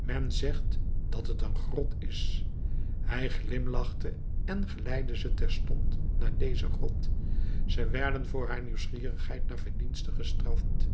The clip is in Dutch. men zegt dat het een grot is hij glimlachte en geleidde ze terstond naar deze grot zij werden voor haar nieuwsgierigheid naar verdienste gestraft